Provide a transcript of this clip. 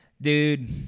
Dude